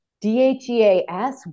D-H-E-A-S